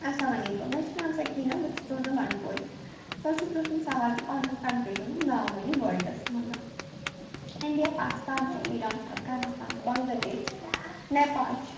السلام علیکُم مےٚ چھُ ناو سکیٖنَہ بہٕ چھَس روزان بَنٛڈ پورِ تۄہہِ چھُو پِرٛژھمُت سوال زِ پانٛژَن کَنٹِرٛیٖزَن ہُنٛد ناو ؤنِو وٲلڈَس منٛز انڈیا پاکِستان چھِ ایران چھِ افغانِستان چھِ بَنٛگلادیش چھِ نیپال چھُ